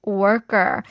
worker